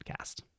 podcast